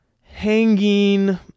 hanging